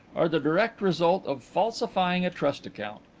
are the direct result of falsifying a trust account.